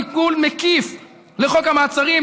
תיקון מקיף לחוק המעצרים,